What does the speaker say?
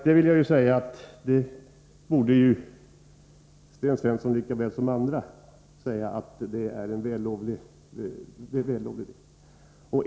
Sten Svensson borde liksom andra säga sig att detta är någonting vällovligt.